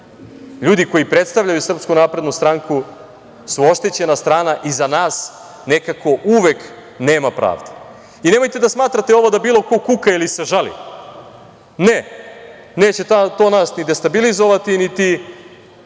ljudi koji predstavljaju SNS su oštećena strana i za nas nekako uvek nema pravde. Nemojte da smatrate ovo da bilo ko kuka ili se žali. Ne, neće to nas ni destabilizovati niti